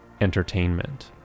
entertainment